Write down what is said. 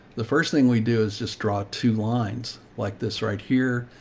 the first thing we do is just draw two lines like this right here.